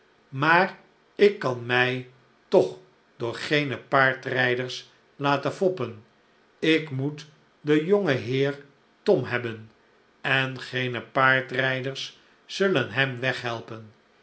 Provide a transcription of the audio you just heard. maar ik kan mij toch door geene paardrijders laten foppen ik moet den jongenheer tom hebben en geene paardrijders zullen hem weghelpen